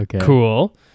cool